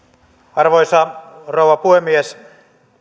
arvoisa rouva puhemies